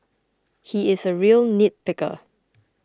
he is a real nitpicker